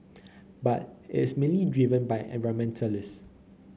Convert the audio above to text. but it's mainly driven by environmentalists